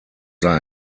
sei